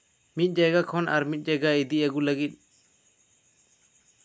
ᱢᱤᱫ ᱡᱟᱭᱜᱟ ᱠᱷᱚᱱ ᱟᱨ ᱢᱤᱫ ᱡᱟᱭᱜᱟ ᱤᱫᱤ ᱟᱜᱩ ᱞᱟᱹᱜᱤᱫ